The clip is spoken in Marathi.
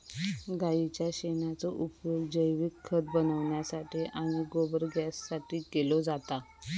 गाईच्या शेणाचो उपयोग जैविक खत बनवण्यासाठी आणि गोबर गॅससाठी केलो जाता